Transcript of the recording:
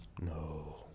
No